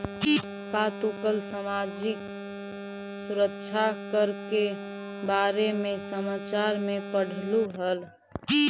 का तू कल सामाजिक सुरक्षा कर के बारे में समाचार में पढ़लू हल